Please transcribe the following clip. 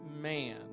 man